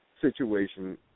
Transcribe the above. situation